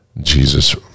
Jesus